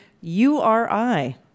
URI